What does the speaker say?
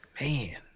Man